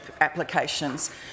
applications